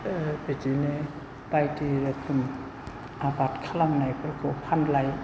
ओ बिदिनो बायदि रोखोम आबाद खालामनायफोरखौ फानलाय